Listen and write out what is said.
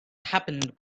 happened